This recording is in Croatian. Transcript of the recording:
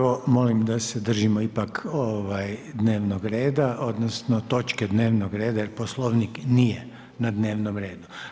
Kao prvo molim da se držimo ipak dnevnog reda, odnosno točke dnevnog reda jer Poslovnik nije na dnevnom redu.